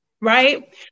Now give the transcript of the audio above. Right